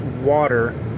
water